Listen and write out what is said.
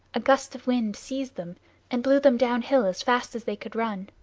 a gust of wind seized them and blew them down hill as fast as they could run.